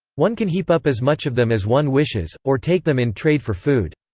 one can heap up as much of them as one wishes, or take them in trade for food.